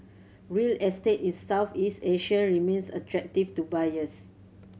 real estate in Southeast Asia remains attractive to buyers